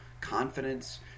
confidence